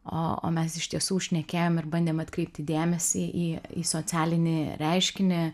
o o mes iš tiesų šnekėjom ir bandėm atkreipti dėmesį į į socialinį reiškinį